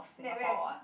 that we're